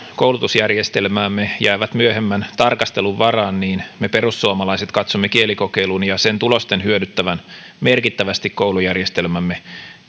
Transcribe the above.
koulutusjärjestelmäämme jäävät myöhemmän tarkastelun varaan me perussuomalaiset katsomme kielikokeilun ja sen tulosten hyödyttävän merkittävästi koulujärjestelmämme